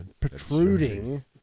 protruding